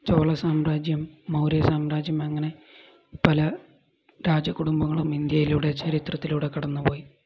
ചോളസാമ്രാജ്യം മൗര്യസാമ്രാജ്യം അങ്ങനെ പല രാജകുടുംബങ്ങളും ഇന്ത്യയിലൂടെ ചരിത്രത്തിലൂടെ കടന്നുപോയി